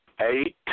Eight